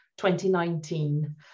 2019